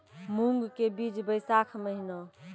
मूंग के बीज बैशाख महीना